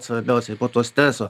svarbiausiai po to streso